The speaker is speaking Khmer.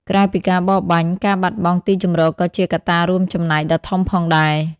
ក្រៅពីការបរបាញ់ការបាត់បង់ទីជម្រកក៏ជាកត្តារួមចំណែកដ៏ធំផងដែរ។